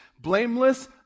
blameless